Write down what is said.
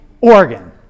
Oregon